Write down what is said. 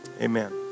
Amen